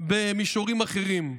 במישורים אחרים.